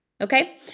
okay